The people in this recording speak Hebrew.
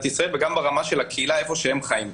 ישראל וגם ברמה של הקהילה שהם חיים בה.